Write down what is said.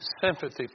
sympathy